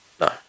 No